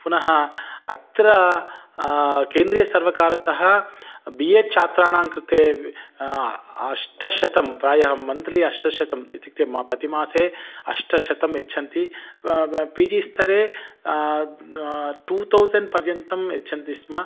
पुनः अत्र केन्द्रीय सर्वकारतः बि एड् छात्राणां कृते अष्टशतं प्रायः मन्त्लि अष्टशतम् इत्युक्ते म प्रतिमासे अष्टशतं यच्छन्ति पिजिस्तरे टु तौसण्ड् पर्यन्तं यच्छन्ति स्म